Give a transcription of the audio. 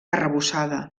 arrebossada